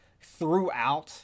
throughout